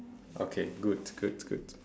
okay good good good